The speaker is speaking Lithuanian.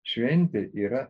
šventė yra